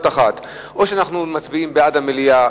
אחת: או שאנחנו מצביעים בעד המליאה,